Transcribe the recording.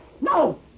No